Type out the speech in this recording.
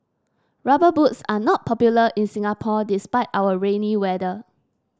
rubber boots are not popular in Singapore despite our rainy weather